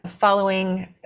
following